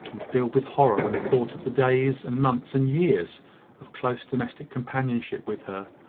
and filled with horror when he thought of the days, and months, and years of close domestic companionship with her,